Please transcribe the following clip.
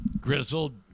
grizzled